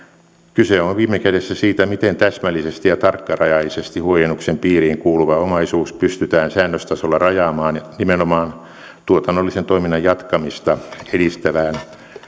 kyse on viime kädessä siitä miten täsmällisesti ja tarkkarajaisesti huojennuksen piiriin kuuluva omaisuus pystytään säännöstasolla rajaamaan nimenomaan tuotannollisen toiminnan jatkamista edistävään